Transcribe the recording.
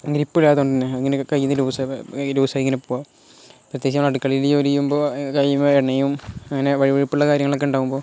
അങ്ങനെ ഇപ്പോഴതു കൊണ്ടു തന്നെ അങ്ങനെയൊക്കെ കയ്യിൽ നിന്ന് ലൂസ് ലൂസായിങ്ങനെ പോകുക പ്രത്യേകിച്ചും അടുക്കളയിൽ ജോലി ചെയ്യുമ്പോൾ കഴിയുമ്പം എണ്ണയും അങ്ങനെ വഴുവഴുപ്പുള്ള കാര്യങ്ങളൊക്കെ ഉണ്ടാകുമ്പോൾ